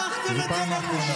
אתם שכחתם מה זה להיות יהודים.